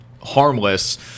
harmless